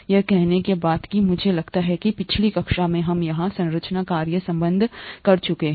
ये कहने के बाद कि मुझे लगता है कि पिछली कक्षा में हम यहां संरचना कार्य संबंध बंद कर चुके हैं